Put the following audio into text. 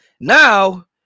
now